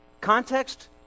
Context